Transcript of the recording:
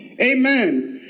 Amen